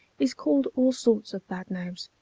is called all sorts of bad names,